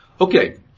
Okay